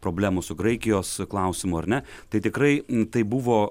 problemų su graikijos klausimu ar ne tai tikrai tai buvo